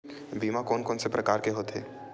बीमा कोन कोन से प्रकार के होथे?